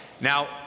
Now